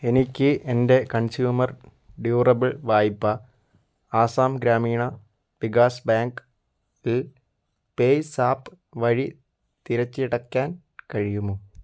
എനിക്ക് എൻ്റെ consumer durable വായ്പ ആസാം ഗ്രാമീണ വികാസ് ബാങ്കിൽ പേയ്സാപ്പ് വഴി തിരിച്ചടയ്ക്കാൻ കഴിയുമോ